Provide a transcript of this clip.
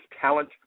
talent